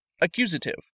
Accusative